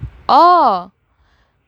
oh